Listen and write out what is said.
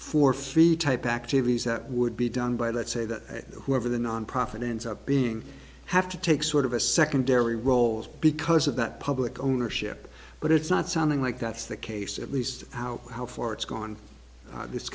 for free type activities that would be done by let's say that whoever the nonprofit ends up being have to take sort of a secondary roles because of that public ownership but it's not sounding like that's the case at least how far it's gone this